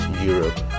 Europe